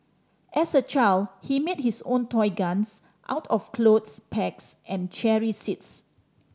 as a child he made his own toy guns out of clothes pegs and cherry seeds